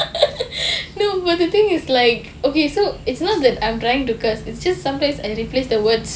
no but the thing is like okay so it's not that I'm trying to curse it's just sometimes I replace the word